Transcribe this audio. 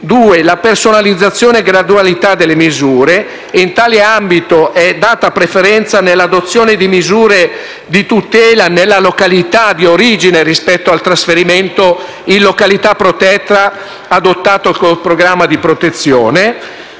la personalizzazione e la gradualità delle misure (e, in tale ambito, è data preferenza all'adozione di misure di tutela nella località di origine rispetto al trasferimento in località protetta adottato con programma di protezione);